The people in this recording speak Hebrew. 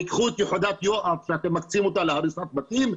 קחו את יחידת יואב שאתם מקצים אותה להריסת בתים,